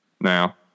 now